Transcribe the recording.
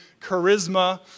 charisma